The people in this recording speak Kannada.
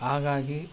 ಹಾಗಾಗಿ